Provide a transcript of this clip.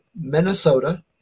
Minnesota